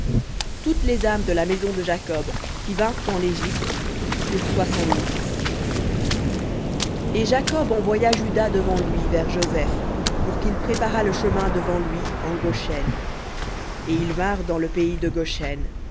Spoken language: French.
toutes les âmes de la maison de jacob qui vinrent en égypte furent soixante-dix v et envoya juda devant lui vers joseph pour qu'il préparât le chemin devant lui en goshen et ils vinrent dans le pays de